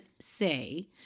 say